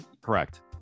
Correct